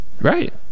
Right